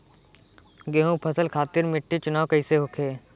गेंहू फसल खातिर मिट्टी चुनाव कईसे होखे?